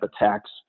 attacks